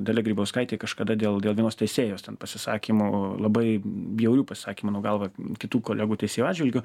dalia grybauskaitė kažkada dėl dėl vienos teisėjos ten pasisakymų labai bjaurių pasakė mano galva kitų kolegų teisėjų atžvilgiu